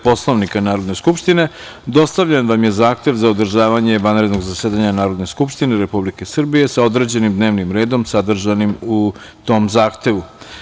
Poslovnika Narodne skupštine, dostavljen vam je Zahtev za održavanje vanrednog zasedanja Narodne skupštine Republike Srbije sa određenim dnevnim redom sadržanim u tom zahtevu.